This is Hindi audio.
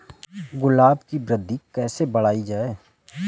गुलाब की वृद्धि कैसे बढ़ाई जाए?